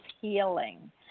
healing